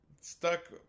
stuck